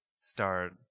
start